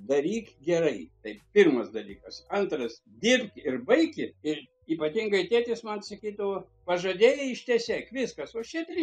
daryk gerai taip pirmas dalykas antras dirbk ir baiki ir ypatingai tėtis man sakydavo pažadėjai ištesėk viskas va šie try